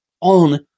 on